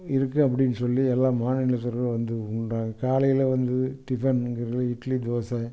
இருக்கு அப்படினு சொல்லி எல்லாம் வந்து உண்டால் காலையில் வந்து டிஃபன் இது இட்லி தோசை